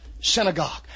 synagogue